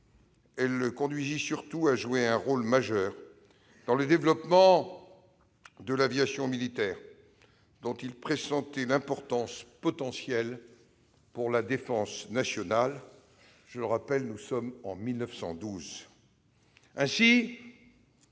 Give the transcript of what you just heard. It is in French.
Elle le conduisit surtout à jouer un rôle majeur dans le développement de l'aviation militaire, dont il pressentait l'importance potentielle pour la défense nationale. Ainsi, il lançait depuis